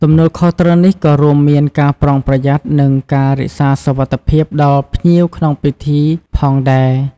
ទំនួលខុសត្រូវនេះក៏រួមមានការប្រុងប្រយ័ត្ន និងការរក្សាសុវត្ថិភាពដល់ភ្ញៀវក្នុងពិធីផងដែរ។